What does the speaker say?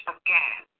again